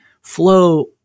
flow